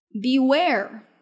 Beware